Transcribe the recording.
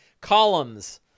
columns